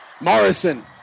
Morrison